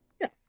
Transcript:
Yes